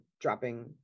dropping